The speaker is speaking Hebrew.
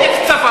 אז תדייק.